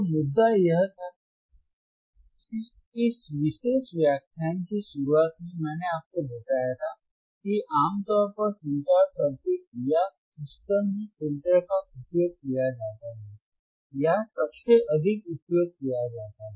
तो मुद्दा यह था कि इस विशेष व्याख्यान की शुरुआत में मैंने आपको बताया था कि आमतौर पर संचार सर्किट या सिस्टम में फिल्टर का उपयोग किया जाता है या सबसे अधिक उपयोग किया जाता है